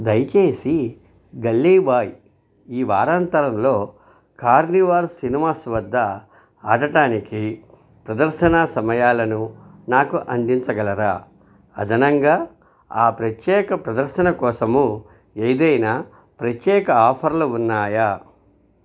దయచేసి గల్లీ బాయ్ ఈ వారాంతరంలో కార్నివాల్ సినిమాస్ వద్ద ఆడడానికి ప్రదర్శన సమయాలను నాకు అందించగలరా అదనంగా ఆ ప్రత్యేక ప్రదర్శన కోసము ఏదైనా ప్రత్యేక ఆఫర్లు ఉన్నాయా